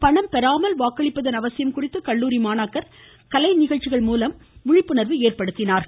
பணம் பெறாமல் வாக்களிப்பதன் அவசியம் குறித்து கல்லூரி மாணாக்கர் கலை நிகழ்ச்சிகள் மூலம் விழிப்புணர்வு ஏற்படுத்தினார்கள்